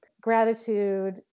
gratitude